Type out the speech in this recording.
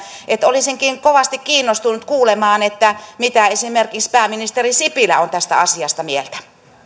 olisinkin kovasti kiinnostunut kuulemaan mitä esimerkiksi pääministeri sipilä on tästä asiasta